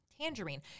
tangerine